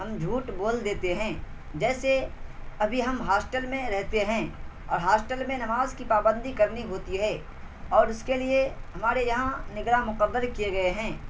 ہم جھوٹ بول دیتے ہیں جیسے ابھی ہم ہاسٹل میں رہتے ہیں اور ہاسٹل میں نماز کی پابندی کرنی ہوتی ہے اور اس کے لیے ہمارے یہاں نگراں مقرر کیے گئے ہیں